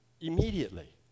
immediately